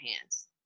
hands